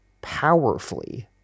powerfully